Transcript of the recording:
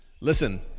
Listen